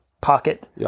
pocket